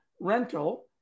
rental